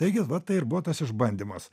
taigi va tai ir buvo tas išbandymas